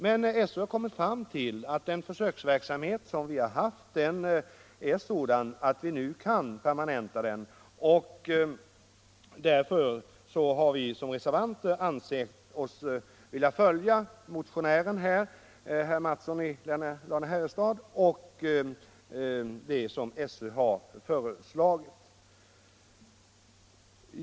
Men SÖ har kommit fram till att erfarenheterna av försöksverksamheten nu är sådana att verksamheten kan permanentas. Vi reservanter har därför ansett oss bara följa motionärens, herr Mattssons i Lane-Herrestad, och SÖ:s förslag.